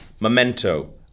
Memento